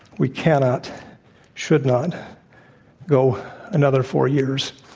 we cannot should not go another four years.